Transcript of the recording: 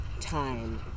time